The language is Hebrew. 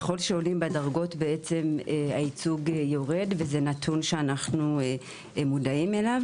בעצם מה שאנחנו רואים שבשני האוכלוסיות האלה,